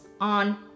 on